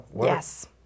Yes